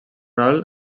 alt